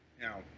Now